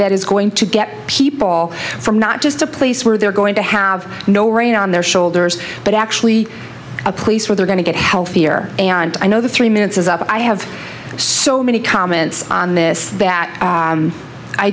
that is going to get people from not just a place where they're going to have no rain on their shoulders but actually a place where they're going to get healthier and i know the three minutes is up i have so many comments on this that